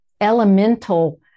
elemental